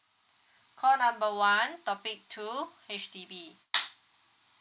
call number one topic two H_D_B